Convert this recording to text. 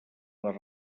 les